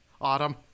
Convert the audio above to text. autumn